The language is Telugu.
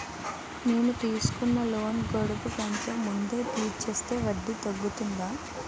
నేను తీసుకున్న లోన్ గడువు కంటే ముందే తీర్చేస్తే వడ్డీ తగ్గుతుందా?